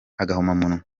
agahomamunwa